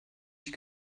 ich